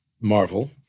Marvel